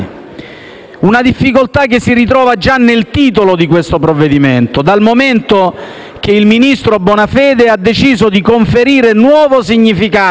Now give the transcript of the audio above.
Tale difficoltà si ritrova già nel titolo di questo provvedimento, dal momento che il ministro Bonafede ha deciso di conferire nuovo significato